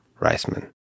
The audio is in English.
Reisman